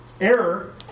Error